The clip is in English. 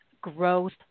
growth